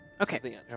okay